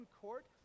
court